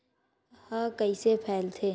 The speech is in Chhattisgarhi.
ह कइसे फैलथे?